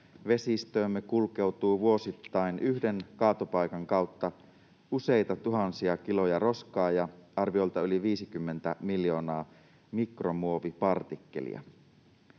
vesistöömme kulkeutuu vuosittain yhden kaatopaikan kautta useita tuhansia kiloja roskaa ja arviolta yli 50 miljoonaa mikromuovipartikkelia?